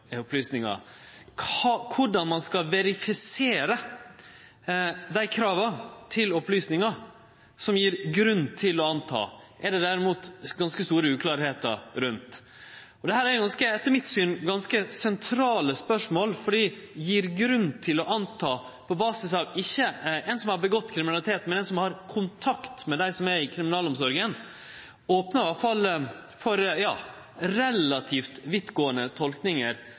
Korleis ein skal verifisere dei krava til opplysningar som «gir grunn til å anta», er det derimot ganske store uklarheiter rundt. Dette er etter mitt syn ganske sentrale spørsmål, for «gir grunn til å anta», på basis av ikkje ein som har utført kriminalitet, men ein som har kontakt med dei som er i kriminalomsorga, opnar iallfall for relativt vidtgåande